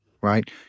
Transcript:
right